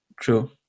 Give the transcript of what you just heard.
True